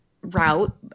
route